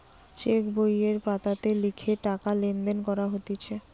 check বইয়ের পাতাতে লিখে টাকা লেনদেন করা হতিছে